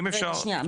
שנייה,